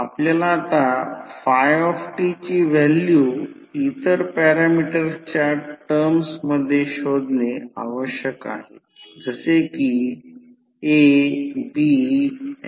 आपल्याला आता φ ची व्हॅल्यू इतर पॅरामीटर्सच्या टर्म्स मध्ये शोधणे आवश्यक आहे जसे कि AB x